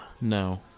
No